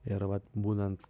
ir vat būnant